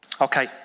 Okay